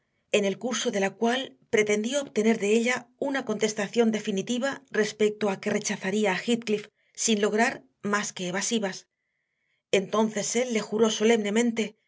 en el curso de la cual pretendió obtener de ella una contestación definitiva respecto a que rechazaría a heathcliff sin lograr más que evasivas entonces él le juró solemnemente